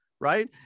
right